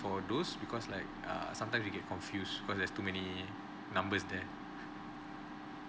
for those because like err sometimes we get confused cause there's too many numbers there